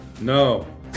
No